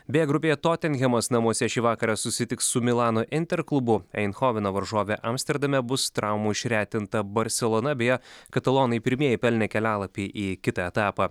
b grupėje totenhemas namuose šį vakarą susitiks su milano inter klubu eindhoveno varžove amsterdame bus traumų išretinta barselona beje katalonai pirmieji pelnė kelialapį į kitą etapą